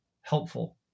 helpful